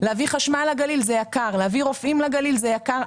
להביא חשמל לגליל זה יקר; להביא רופאים לגליל זה יקר,